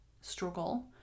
struggle